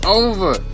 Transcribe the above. over